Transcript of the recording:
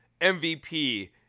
mvp